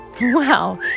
Wow